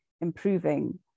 improving